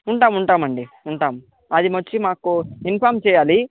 ఉంటాము ఉంటాము అండి ఉంటాము అది వచ్చి మాకు ఇన్ఫర్మ్ చేయాలి